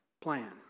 plan